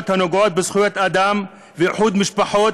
הנוגעות לזכויות אדם ולאיחוד משפחות.